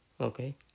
okay